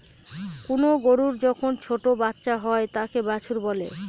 কোনো গরুর যখন ছোটো বাচ্চা হয় তাকে বাছুর বলে